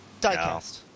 Diecast